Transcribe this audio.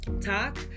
Talk